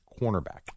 cornerback